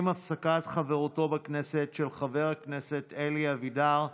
עם הפסקת חברותו בכנסת של חבר הכנסת אלי אבידר,